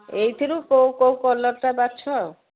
ଏଇଥିରୁ କେଉଁ କେଉଁ କଲରଟା ବାଛ ଆଉ